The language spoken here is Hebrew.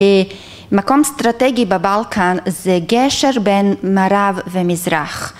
מקום אסטרטגי בבלקן זה גשר בין מערב ומזרח